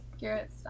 Garrett